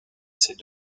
ces